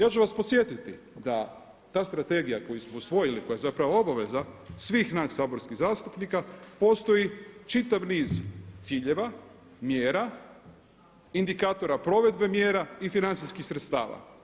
Ja ću vas podsjetiti da ta strategija koju smo usvojili i koja je zapravo obveza svih nas saborskih zastupnika postoji čitav niz ciljeva, mjera, indikatora provedbe mjera i financijskih sredstava.